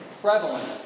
prevalent